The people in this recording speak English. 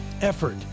effort